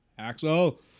Axel